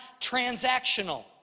transactional